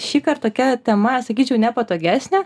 šįkart tokia tema sakyčiau nepatogesnė